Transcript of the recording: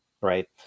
right